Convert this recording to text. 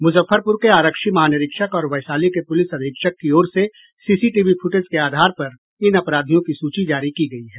मुजफ्फरपुर के आरक्षी महानिरीक्षक और वैशाली के पुलिस अधीक्षक की ओर से सीसीटीवी फुटेज के आधार पर इन अपराधियों की सूची जारी की गयी है